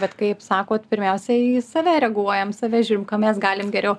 bet kaip sakot pirmiausia į save reaguojam save žiūrim ką mes galim geriau